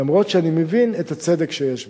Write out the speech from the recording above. למרות שאני מבין את הצדק שיש בה.